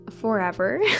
forever